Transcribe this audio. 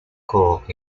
cork